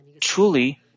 truly